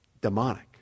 demonic